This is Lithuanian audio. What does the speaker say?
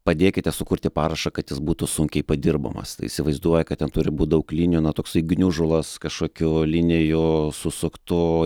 padėkite sukurti parašą kad jis būtų sunkiai padirbamas tai įsivaizduoja kad ten turi būt daug linijų na toksai gniužulas kažkokių linijų susuktų